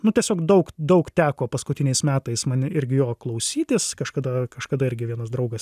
nu tiesiog daug daug teko paskutiniais metais man irgi jo klausytis kažkada kažkada irgi vienas draugas